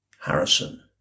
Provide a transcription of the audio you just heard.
Harrison